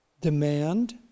demand